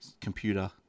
computer